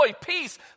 peace